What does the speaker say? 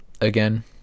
again